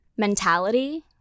mentality